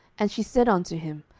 and she said unto him,